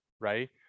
right